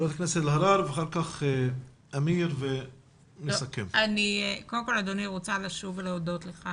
אדוני, אני רוצה לשוב ולהודות לך